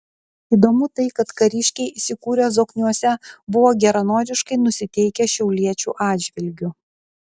įdomu tai kad kariškiai įsikūrę zokniuose buvo geranoriškai nusiteikę šiauliečių atžvilgiu